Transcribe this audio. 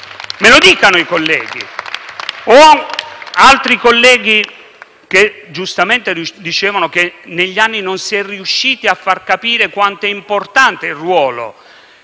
Me lo dicano i colleghi. Altri colleghi, giustamente, dicevano che negli anni non si è riusciti a far capire quanto sia importante il ruolo